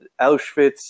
Auschwitz